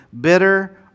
bitter